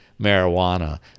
marijuana